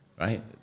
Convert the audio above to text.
right